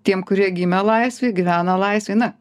tiems kurie gimė laisvėj gyvena laisvėj na